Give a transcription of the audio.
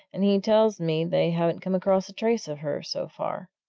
and he tells me they haven't come across a trace of her, so far.